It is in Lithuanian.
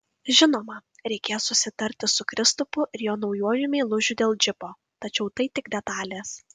žinoma reikės susitarti su kristupu ir jo naujuoju meilužiu dėl džipo tačiau tai tik detalės